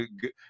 good